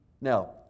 Now